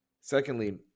Secondly